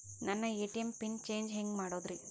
ನನ್ನ ATM pin change ಹೆಂಗ್ ಮಾಡೋದ್ರಿ?